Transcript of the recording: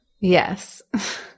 Yes